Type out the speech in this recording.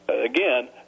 again